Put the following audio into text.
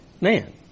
man